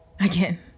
again